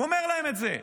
הוא אומר להם את זה.